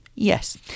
Yes